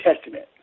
Testament